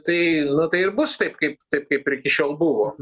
tai nu tai ir bus taip kaip taip kaip ir iki šiol buvo